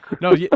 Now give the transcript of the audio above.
No